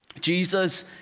Jesus